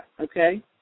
okay